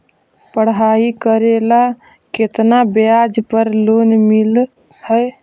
पढाई करेला केतना ब्याज पर लोन मिल हइ?